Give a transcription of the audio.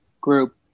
group